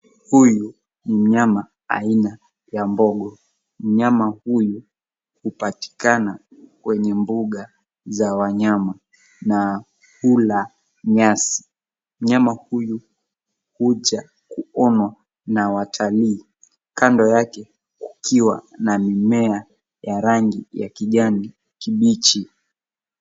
Huyu ni mnyama aina ya mbogo. Mnyama huyu hupatikana kwenye mbuga za wanyama, na hula nyasi. Mnyama huyu huja kuonwa na watalii. Kando yake kukiwa na mimea ya rangi ya kijani kibichi.